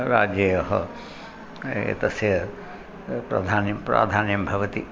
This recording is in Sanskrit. राज्ययोः एतस्य प्रधान्यं प्राधान्यं भवति